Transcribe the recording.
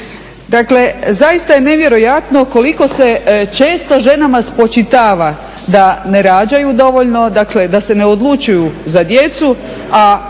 Dakle, zaista je nevjerojatno koliko se često ženama spočitava da ne rađaju dovoljno, dakle da se ne odlučuju za djecu,